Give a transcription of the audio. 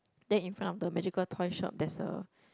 then in front of the magical toy shop there's a